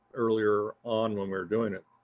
earlier on, when we're doing it,